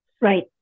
Right